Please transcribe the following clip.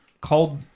called